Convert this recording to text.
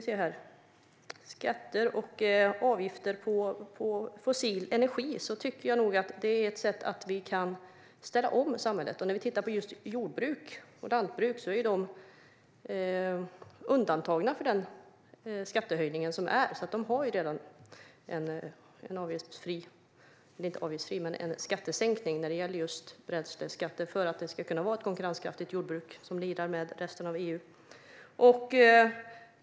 Skatter och avgifter på fossil energi är ett sätt för oss att kunna ställa om samhället. Inom jordbruket och lantbruket har man ett undantag från den nya skattehöjningen. Där finns alltså redan en skattesänkning vad gäller bränsleskatten för att jordbruket ska vara konkurrenskraftigt och kunna lira med resten av EU.